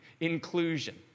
inclusion